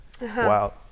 wow